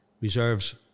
reserves